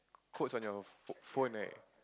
quotes on your phone right